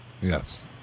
Yes